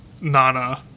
Nana